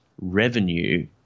revenue